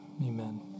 Amen